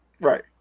Right